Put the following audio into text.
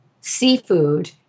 seafood